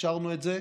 ואפשרנו את זה.